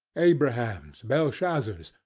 abrahams, belshazzars,